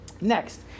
Next